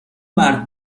مرد